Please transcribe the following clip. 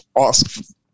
ask